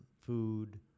food